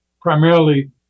primarily